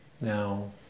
now